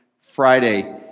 Friday